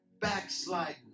backsliding